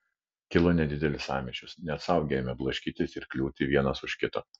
kilo nedidelis sąmyšis net suaugę ėmė blaškytis ir kliūti vienas už kito